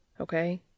Okay